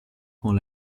con